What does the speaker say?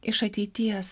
iš ateities